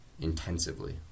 intensively